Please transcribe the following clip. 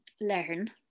learn